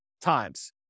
times